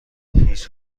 هیچ